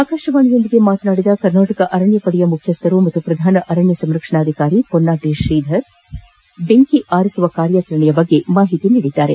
ಆಕಾಶವಾಣಿಯೊಂದಿಗೆ ಮಾತನಾಡಿದ ಕರ್ನಾಟಕ ಅರಣ್ಯ ಪಡೆ ಮುಖ್ಯಸ್ಥ ಹಾಗೂ ಪ್ರಧಾನ ಅರಣ್ಯ ಸಂರಕ್ಷಣಾಧಿಕಾರಿ ಮೊನ್ನಾಟಿ ಶ್ರೀಧರ್ ಬೆಂಕಿ ಆರಿಸುವ ಕಾರ್ಯಚರಣೆಯ ಮಾಹಿತಿ ನೀಡಿದರು